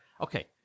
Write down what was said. Okay